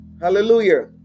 hallelujah